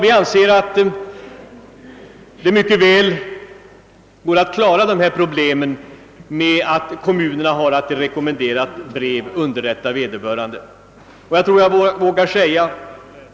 Vi anser att det skulle vara tillräckligt att kommunerna underrättar vederbörande i rekommenderat brev.